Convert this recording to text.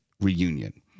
reunion